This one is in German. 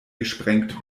gesprengt